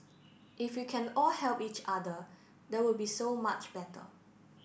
if we can all help each other that would be so much better